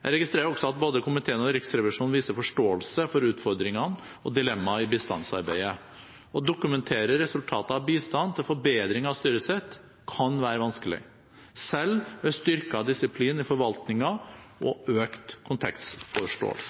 Jeg registrerer også at både komiteen og Riksrevisjonen viser forståelse for utfordringer og dilemmaer i bistandsarbeidet. Å dokumentere resultater av bistand til forbedring av styresett kan være vanskelig, selv med styrket disiplin i forvaltningen og økt